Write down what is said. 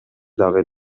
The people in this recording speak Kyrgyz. дагы